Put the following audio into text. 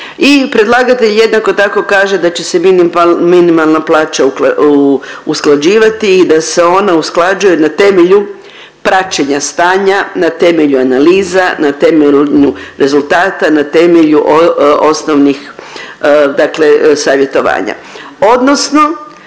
I predlagatelj jednako tako kaže da će se minimalna plaća usklađivati i da se ona usklađuje na temelju praćenja stanja, na temelju analiza, na temelju rezultata, na temelju osnovnih dakle savjetovanja odnosno